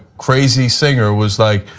crazy singer was like,